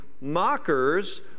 mockers